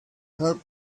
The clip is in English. helped